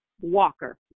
Walker